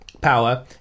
Power